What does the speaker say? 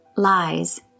Lies